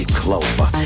clover